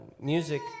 music